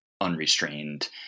unrestrained